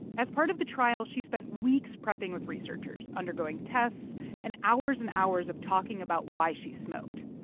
as part of the trial, she spent weeks prepping with researchers, undergoing tests and hours and hours of talking about why she smoked.